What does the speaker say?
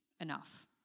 enough